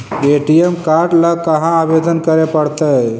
ATM card ल कहा आवेदन करे पड़तै?